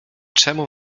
czemu